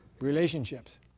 Relationships